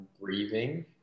breathing